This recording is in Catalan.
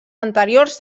anteriors